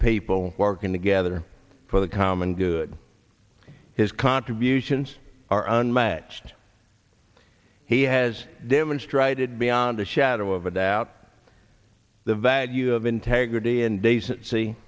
people working together for the common good his contributions are unmatched he has demonstrated beyond a shadow of a doubt the value of integrity and decency